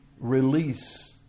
release